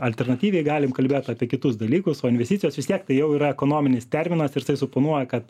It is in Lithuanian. alternatyviai galim kalbėt apie kitus dalykus o investicijos vis tiek tai jau yra ekonominis terminas ir tai suponuoja kad